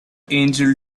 angel